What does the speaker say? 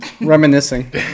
reminiscing